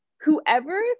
whoever